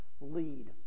lead